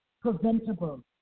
preventable